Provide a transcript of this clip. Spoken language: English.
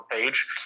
page